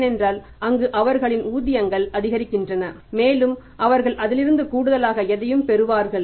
ஏனென்றால் அங்கு அவர்களின் ஊதியங்கள் அதிகரிக்கின்றன மேலும் அவர்கள் அதிலிருந்து கூடுதலாக எதையும் பெறுவார்கள்